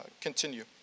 continue